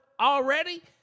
already